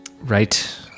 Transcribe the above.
Right